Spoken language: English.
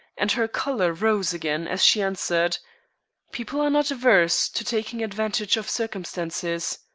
and her color rose again as she answered people are not averse to taking advantage of circumstances.